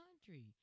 country